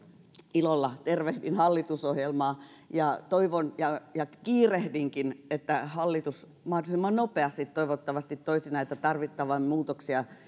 ilolla tervehdin hallitusohjelmaa ja toivon ja ja kiirehdinkin että hallitus mahdollisimman nopeasti toivottavasti toisi näitä tarvittavia muutoksia